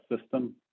system